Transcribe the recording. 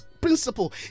principle